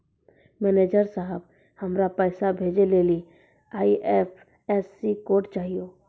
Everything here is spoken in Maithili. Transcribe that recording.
मैनेजर साहब, हमरा पैसा भेजै लेली आई.एफ.एस.सी कोड चाहियो